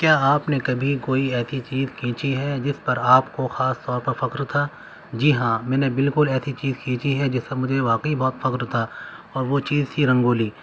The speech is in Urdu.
کیا آپ نے کبھی کوئی ایسی چیز کھینچی ہے جس پر آپ کو خاص طور پر فخر تھا جی ہاں میں نے بالکل ایسی چیز کھینچی ہے جس پر مجھے واقعی بہت فخر تھا اور وہ چیز تھی رنگولی